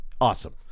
awesome